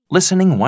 Listening